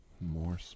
more